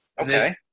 Okay